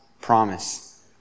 promise